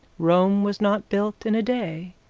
rome was not built in a day.